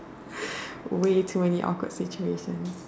way too many awkward situations